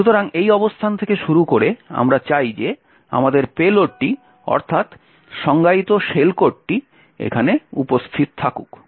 সুতরাং এই অবস্থান থেকে শুরু করে আমরা চাই যে আমাদের পেলোডটি অর্থাৎ সংজ্ঞায়িত শেল কোডটি এখানে উপস্থিত থাকুক